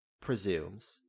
presumes